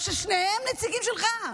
ששניהם נציגים שלך?